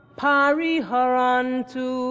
pariharantu